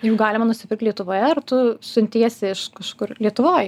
jų galima nusipirkt lietuvoje ar tu suntiesi iš kažkur lietuvoj